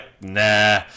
nah